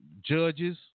judges